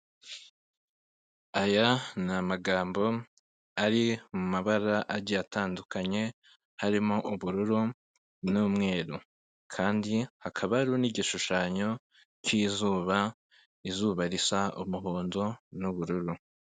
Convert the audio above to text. Aya ni amagambo ari mu mabara agiye atandukanye harimo ubururu n'umweru, kandi hakaba hariho n'igishushanyo cy'izuba, izuba risa umuhondo n'ubururu.